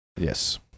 Yes